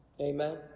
Amen